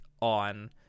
on